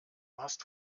hast